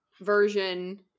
version